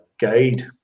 guide